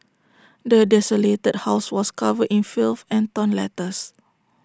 the desolated house was covered in filth and torn letters